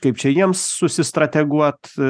kaip čia jiems susistrateguot